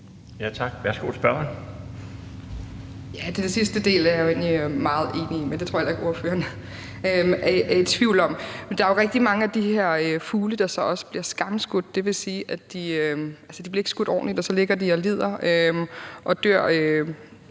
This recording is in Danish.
Helene Liliendahl Brydensholt (ALT): Den sidste del er jeg egentlig meget enig i, men det tror jeg heller ikke at ordføreren er i tvivl om. Der er jo rigtig mange af de her fugle, der så også bliver skamskudt. Det vil sige, at de ikke bliver skudt ordentligt, og at de så ligger og lider og dør